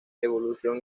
evolución